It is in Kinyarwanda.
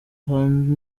hanze